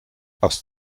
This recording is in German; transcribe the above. aus